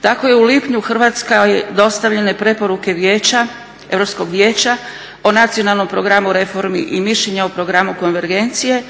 Tako je u lipnju Hrvatskoj dostavljene preporuke Europskog vijeća o Nacionalnom programu reformi mišljenja o Programu konvergencije